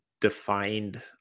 defined